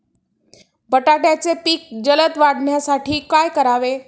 बटाट्याचे पीक जलद वाढवण्यासाठी काय करावे?